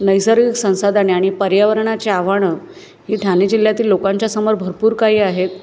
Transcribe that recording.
नैसर्गिक संसाधने आणि पर्यावरणाची आव्हानं ही ठाणे जिल्ह्यातील लोकांच्या समोर भरपूर काही आहेत